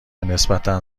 نسبتا